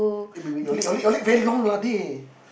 eh wait wait your leg your leg long lah dey